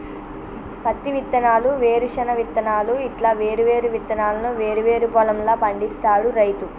పత్తి విత్తనాలు, వేరుశన విత్తనాలు ఇట్లా వేరు వేరు విత్తనాలను వేరు వేరు పొలం ల పండిస్తాడు రైతు